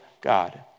God